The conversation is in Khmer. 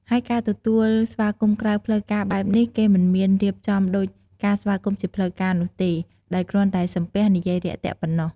ហើយការទទួលស្វាគមន៍ក្រៅផ្លូវការបែបនេះ គេមិនមានរៀបចំដូចការស្វាគមន៍ជាផ្លូវការនោះទេ ដោយគ្រាន់តែសំពះ និយាយរាក់ទាក់ប៉ុណ្ណោះ។